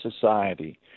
society